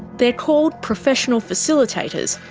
they're called professional facilitators,